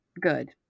good